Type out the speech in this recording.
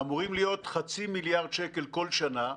אמורים להיות חצי מיליארד שקל כל שנה.